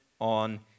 on